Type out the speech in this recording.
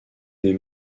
des